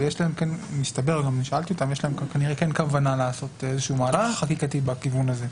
מסתבר שיש להם כנראה כוונה לעשות מהלך חקיקתי בכיוון הזה.